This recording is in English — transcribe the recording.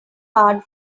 hard